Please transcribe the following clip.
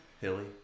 Hilly